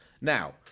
Now